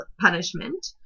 punishment